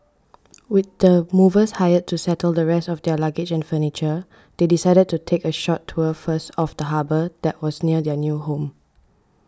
with the movers hired to settle the rest of their luggage and furniture they decided to take a short tour first of the harbour that was near their new home